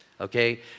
okay